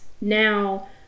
now